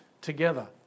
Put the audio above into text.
together